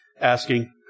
asking